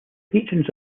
patrons